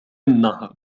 النهر